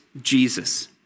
Jesus